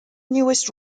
newest